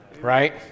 right